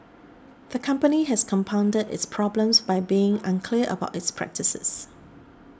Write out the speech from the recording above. the company has compounded its problems by being unclear about its practices